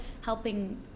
helping